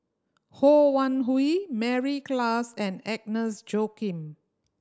Ho Wan Hui Mary Klass and Agnes Joaquim